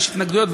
יש התנגדויות,